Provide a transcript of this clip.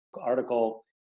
article